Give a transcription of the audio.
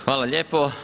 Hvala lijepo.